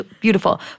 beautiful